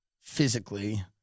physically